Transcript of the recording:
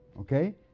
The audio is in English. Okay